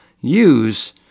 use